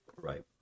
Right